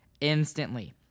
instantly